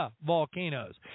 Volcanoes